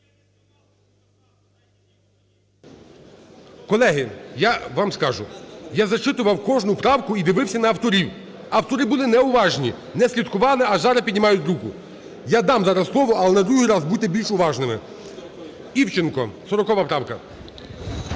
Колеги, я вам скажу. Я зачитував кожну правку і дивився на авторів. Автори були неуважні, не слідкували, а зараз піднімають руку. Я дам зараз слово, але другий раз будьте більш уважними. Івченко, 40 правка.